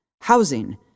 housing